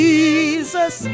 Jesus